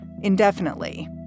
indefinitely